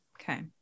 Okay